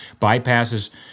bypasses